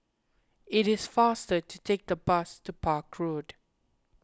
it is faster to take the bus to Park Road